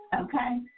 Okay